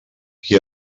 qui